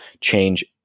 change